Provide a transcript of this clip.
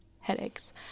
Headaches